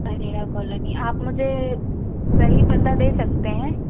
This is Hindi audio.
अरेरा कॉलोनी आप मुझे पहले पता दे सकते हैं